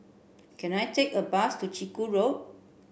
can I take a bus to Chiku Road